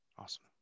Awesome